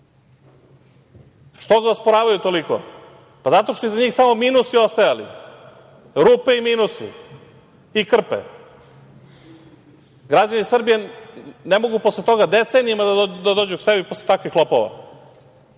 Što ga osporavaju toliko? Pa, zato što su iza njih samo minusi ostajali. Rupe, minusi i krpe. Građani Srbije ne mogu posle toga decenijama da dođu sebi posle takvih lopova.